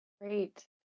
Great